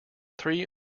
three